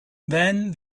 then